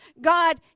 God